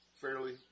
fairly